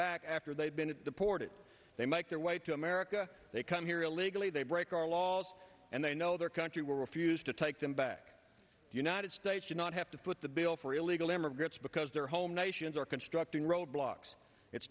back after they have been deported they make their way to america they come here illegally they break our laws and they know their country will refuse to take them back to the united states should not have to foot the bill for illegal immigrants because their home nations are constructing roadblocks it's